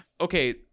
okay